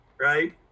right